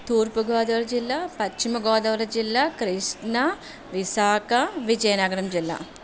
తూర్పు గోదావరి జిల్లా పశ్చిమ గోదావరి జిల్లా కృష్ణ విశాఖ విజయనగరం జిల్లా